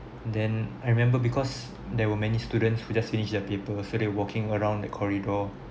then I remember because there were many students who just finish their paper so they walking around that corridor